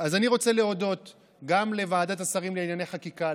אני רוצה להודות גם לוועדת השרים לענייני חקיקה,